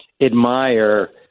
admire